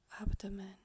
abdomen